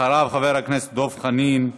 אחריו, חבר הכנסת דב חנין,